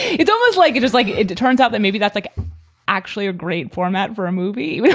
it's always like it is like it turns out that maybe that's like actually a great format for a movie.